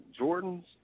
Jordans